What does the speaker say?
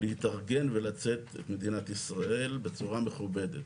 להתארגן ולצאת ממדינת ישראל בצורה מכובדת.